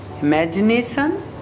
imagination